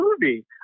movie